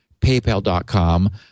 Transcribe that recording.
paypal.com